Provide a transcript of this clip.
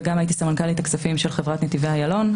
וגם הייתי סמנכ"לית הכספים של חברת נתיבי איילון.